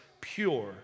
pure